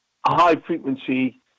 high-frequency